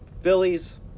Phillies